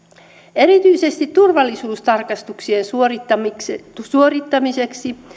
erityisesti turvallisuustarkastuksien suorittamiseksi suorittamiseksi